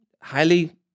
highly